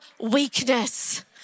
weakness